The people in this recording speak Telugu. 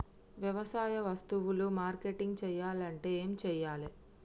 వ్యవసాయ వస్తువులు మార్కెటింగ్ చెయ్యాలంటే ఏం చెయ్యాలే?